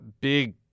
big